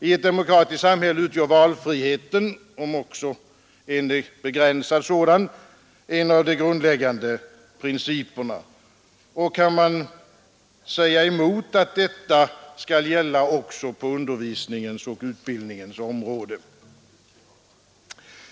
I ett demokratiskt samhälle utgör valfriheten, om också en begränsad sådan, en av de grundläggande principerna. Kan man säga emot att detta skall gälla också på undervisningens och utbildningens område?